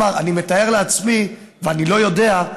אני מתאר לעצמי ואני לא יודע,